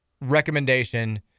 recommendation